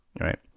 right